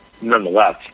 nonetheless